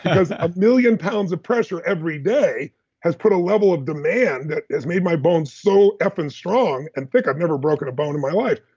a million pounds of pressure every day has put a level of demand that has made my bones so effing strong and thick. i've never broken a bone in my life.